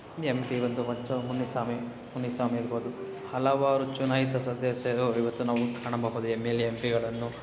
M P ಬಂದು ಮಂಚೆ ಮುನಿಸ್ವಾಮಿ ಮುನಿಸ್ವಾಮಿ ಇರ್ಬಹುದು ಹಲವಾರು ಚುನಾಯಿತ ಸದಸ್ಯರು ಇವತ್ತು ನಾವು ಕಾಣಬಹುದು ಎಮ್ ಎಲ್ ಎ ಎಮ್ ಪಿಗಳನ್ನು